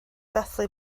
dathlu